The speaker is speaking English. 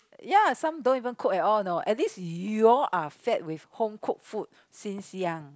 ya some don't even cook at all know at least you're fed with home cooked food since young